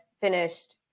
finished